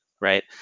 right